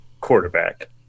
quarterback